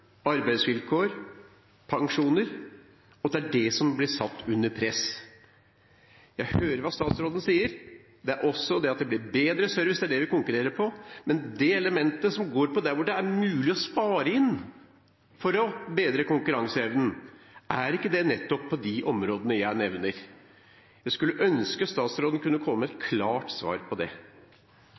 arbeidsvilkår og pensjoner – at det er det som blir satt under press. Jeg hører hva statsråden sier, at det blir bedre service – det er det vi konkurrerer på – men det elementet som går på hvor det er mulig å spare inn for å bedre konkurranseevnen: Er ikke det nettopp på de områdene jeg nevner? Jeg skulle ønske statsråden kunne komme med et klart svar på det.